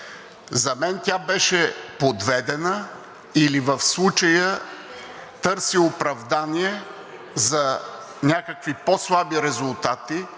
За мен тя беше подведена или в случая търси оправдание за някакви по-слаби резултати,